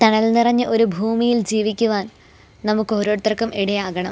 തണൽ നിറഞ്ഞ ഒര് ഭൂമിയിൽ ജീവിക്കുവാൻ നമുക്ക് ഓരോരുത്തർക്കും ഇടയാകണം